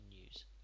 news